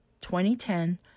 2010